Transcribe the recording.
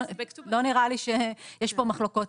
לא נראה לי שיש כאן מחלוקת.